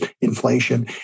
inflation